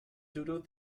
doodle